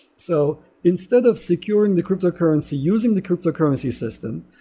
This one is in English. so instead of securing the cryptocurrency, using the cryptocurrency system,